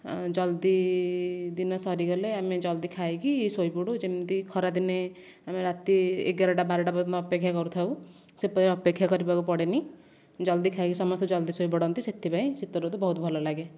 ଜଲ୍ଦି ଦିନ ସରିଗଲେ ଆମେ ଜଲ୍ଦି ଖାଇକି ଶୋଇପଡ଼ୁ ଯେମିତି ଖରାଦିନେ ରାତି ଏଗାରଟା ବାରଟା ପର୍ଯ୍ୟନ୍ତ ଅପେକ୍ଷା କରିଥାଉ ସେପ ଅପେକ୍ଷା କରିବାକୁ ପଡ଼େନି ଜଲ୍ଦି ଖାଇକି ସମସ୍ତେ ଜଲ୍ଦି ଶୋଇପଡ଼ନ୍ତି ସେଥିପାଇଁ ଶୀତଋତୁ ବହୁତ ଭଲ ଲାଗେ